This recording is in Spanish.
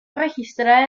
registrada